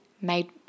made